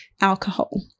alcohol